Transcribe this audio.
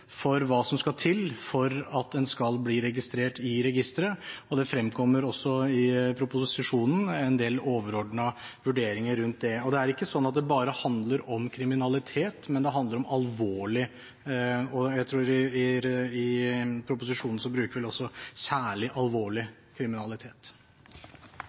fremkommer også i proposisjonen en del overordnede vurderinger rundt det. Det er ikke sånn at det bare handler om kriminalitet, men det handler om alvorlig kriminalitet – jeg tror vi i proposisjonen også bruker